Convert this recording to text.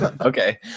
okay